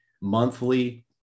monthly